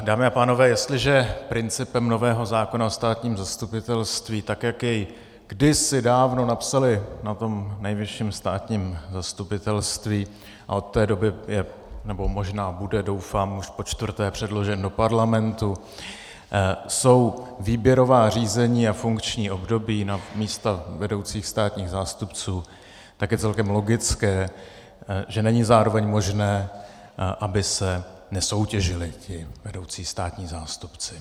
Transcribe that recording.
Dámy a pánové, jestliže principem nového zákona o státním zastupitelství, tak jak jej kdysi dávno napsali na tom Nejvyšším státním zastupitelství a od té doby je, nebo možná bude, doufám, už počtvrté předložen do parlamentu, jsou výběrová řízení a funkční období na místa vedoucích státních zástupců, tak je celkem logické, že není zároveň možné, aby se nesoutěžili ti vedoucí státní zástupci.